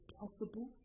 possible